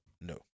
No